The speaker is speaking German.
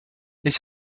ich